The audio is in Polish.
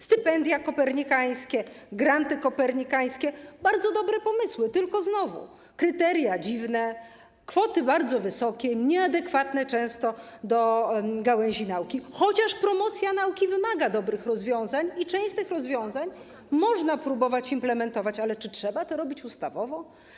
Stypendia Kopernikańskie, granty kopernikańskie - bardzo dobre pomysły, tylko znowu, kryteria dziwne, kwoty bardzo wysokie, nieadekwatne często do gałęzi nauki, chociaż promocja nauki wymaga dobrych rozwiązań i część z tych rozwiązań można próbować implementować, ale czy trzeba to robić ustawowo?